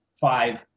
five